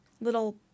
little